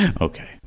Okay